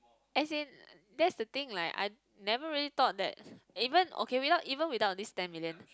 as in that's the thing like I never really thought that even okay without even without this ten million